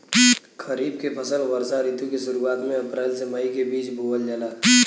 खरीफ के फसल वर्षा ऋतु के शुरुआत में अप्रैल से मई के बीच बोअल जाला